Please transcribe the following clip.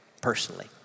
personally